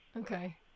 Okay